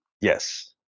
Yes